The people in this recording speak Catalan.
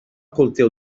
cultiu